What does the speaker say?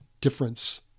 difference